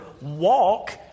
walk